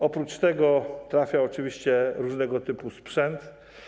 Oprócz tego trafia oczywiście różnego typu sprzęt.